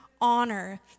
honor